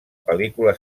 pel·lícula